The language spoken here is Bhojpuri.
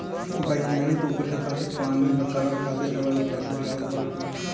वैज्ञानिक ऊपरी सतह के पानी बचावे खातिर बड़ा उपाय सुझावत बाड़न